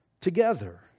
together